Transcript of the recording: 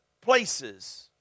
places